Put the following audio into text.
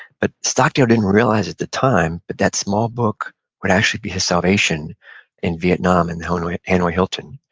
but stockdale didn't realize at the time, but that small book would actually be his salvation in vietnam and the hanoi hanoi hilton.